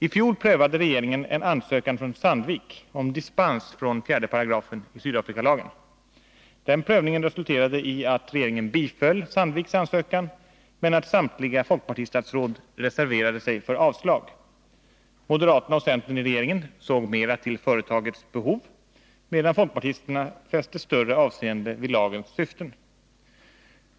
I fjol prövade regeringen en ansökan från Sandvik om dispens från 4 § i Sydafrikalagen. Den prövningen resulterade i att regeringen biföll Sandviks ansökan men att samtliga folkpartistatsråd reserverade sig för avslag. Moderaterna och centerpartisterna i regeringen såg mera till företagets behov, medan folkpartisterna fäste större avseende vid lagens syften.